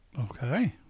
Okay